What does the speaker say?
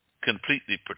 completely